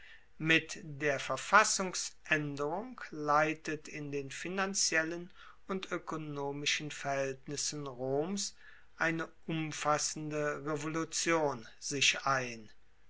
mit der verfassungsaenderung leitet in den finanziellen und oekonomischen verhaeltnissen roms eine umfassende revolution sich ein